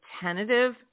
tentative